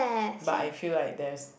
but I feel like there's